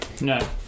No